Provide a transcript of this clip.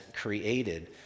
created